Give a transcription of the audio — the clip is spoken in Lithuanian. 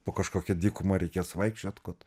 po kažkokia dykuma reikės vaikščiot kad